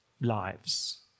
lives